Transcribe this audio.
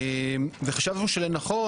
וחשבנו שלנכון,